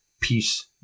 peace